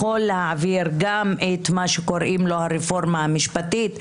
להעביר גם את מה שקוראים לו "הרפורמה המשפטית",